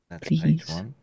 please